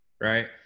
Right